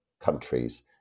countries